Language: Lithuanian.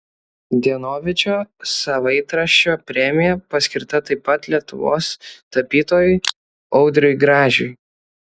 dienovidžio savaitraščio premija paskirta taip pat lietuvos tapytojui audriui gražiui